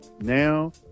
now